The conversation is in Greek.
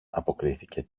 αποκρίθηκε